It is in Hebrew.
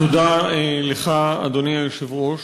תודה לך, אדוני היושב-ראש,